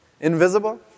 Invisible